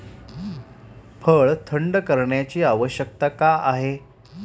फळ थंड करण्याची आवश्यकता का आहे?